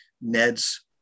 Ned's